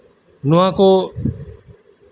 ᱱᱚᱣᱟ ᱠᱚ